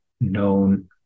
known